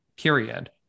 period